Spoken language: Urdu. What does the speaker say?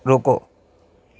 رکو